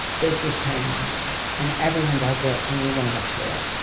this is perimenopause. and everyone does it and you're going to get through it.